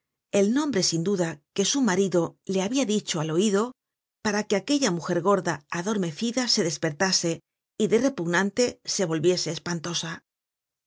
el nombre sin duda que su marido le habia dicho al oido para que aquella mujer gorda adormecida se despertase y de repugnante se volviese espantosa